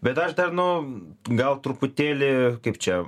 bet aš dar nu gal truputėlį kaip čia